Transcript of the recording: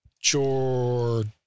George